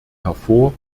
hervor